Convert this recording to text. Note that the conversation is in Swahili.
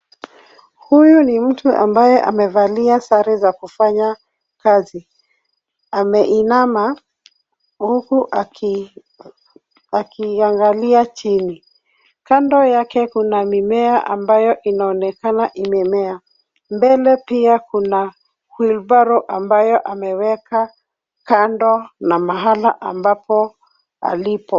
Huyu ni mtu ambaye amevalia sare za kufanya kazi. Ameinama huku akiangalia chini. Kando yake kuna mimea ambayo inaonekana imemea. Mbele pia kuna wheelbarrow ambayo ameweka kando na mahala ambapo alipo.